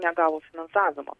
negavo finansavimo